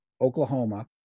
Oklahoma